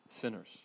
sinners